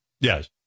Yes